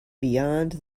beyond